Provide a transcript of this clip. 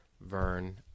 Vern